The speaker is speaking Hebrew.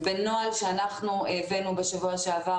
בנוהל שאנחנו הבאנו בשבוע שעבר